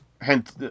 hence